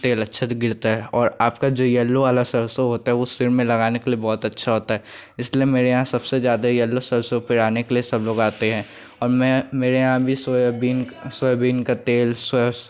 तेल अच्छे से गिरता है और आपका जो येल्लो वाला सरसों होता है वह सिर में लगाने के लिए बहुत अच्छा होता है इसलिए मेरे यहाँ सबसे ज़्यादा येलो सरसों पिराने सब लोग आते हैं और मैं मेरे यहाँ भी सोयाबीन सोयाबीन का तेल स्वस